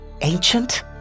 ancient